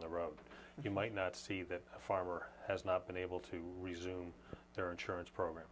the road you might not see that farmer has not been able to resume their insurance program